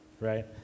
right